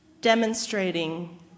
Demonstrating